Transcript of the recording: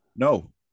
No